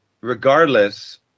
regardless